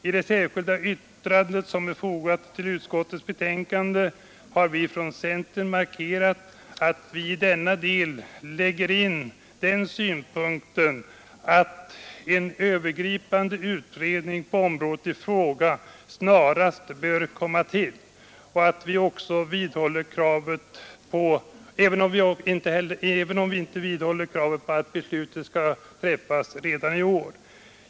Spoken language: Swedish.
I det särskilda yttrande som är fogat vid utskottets betänkande har vi från centern markerat att vi i denna del anlägger den synpunkten, att en övergripande utredning på området i fråga snarast bör komma till stånd, även om vi inte vidhåller kravet på att beslutet skall träffas redan i år.